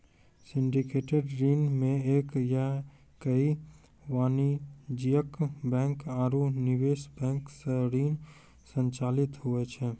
syndicated ऋण मे एक या कई वाणिज्यिक बैंक आरू निवेश बैंक सं ऋण संचालित हुवै छै